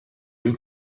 you